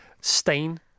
stain